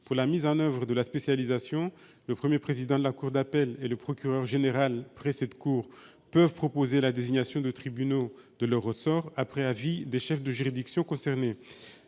Pour la mise en oeuvre de la spécialisation, le premier président de la cour d'appel et le procureur général près cette cour peuvent proposer la désignation de tribunaux de leur ressort, après avis des chefs des juridictions concernées.